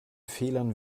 fehlern